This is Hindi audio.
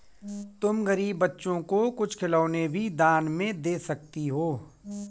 तुम गरीब बच्चों को कुछ खिलौने भी दान में दे सकती हो